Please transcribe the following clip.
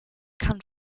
kann